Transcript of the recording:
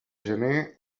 gener